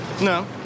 No